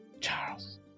Charles